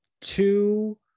two